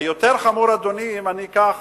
ויותר חמור, אדוני, אם אני אקח